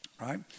Right